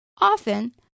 Often